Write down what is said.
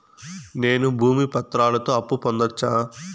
నేను భూమి పత్రాలతో అప్పు పొందొచ్చా?